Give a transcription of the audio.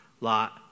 lot